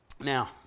now